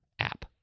app